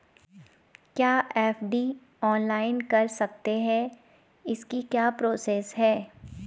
क्या FD online कर सकते हैं इसकी क्या प्रोसेस है?